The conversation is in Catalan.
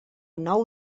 nou